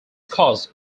caused